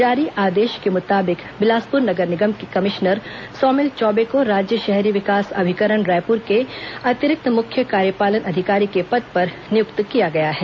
जारी आदेश के मुताबिक बिलासपुर नगर निगम के कमिश्नर सौमिल चौबे को राज्य शहरी विकास अभिकरण रायपुर के अतिरिक्त मुख्य कार्यपालन अधिकारी के पद पर नियुक्त किया है